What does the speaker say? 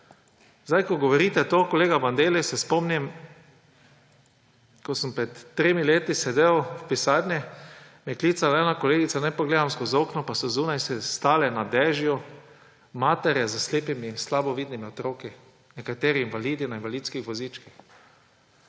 zdaj govorite to, kolega Bandelli, se spomnim, ko sem pred tremi leti sedel v pisarni, me je klicala ena kolegica, naj pogledam skozi okno – pa so zunaj stale na dežju matere s slepimi in slabovidnimi otroki, nekateri invalidi na invalidskih vozičkih.